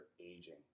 aging